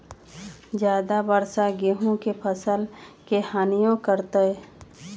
ज्यादा वर्षा गेंहू के फसल के हानियों करतै?